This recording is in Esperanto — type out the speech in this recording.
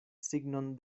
signon